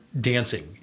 dancing